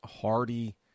Hardy